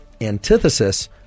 antithesis